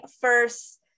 first